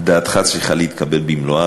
דעתך צריכה להתקבל במלואה,